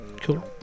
Cool